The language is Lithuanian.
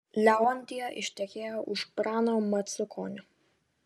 leontija ištekėjo už prano macukonio